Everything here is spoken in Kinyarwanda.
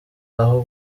aho